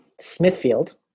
Smithfield